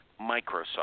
Microsoft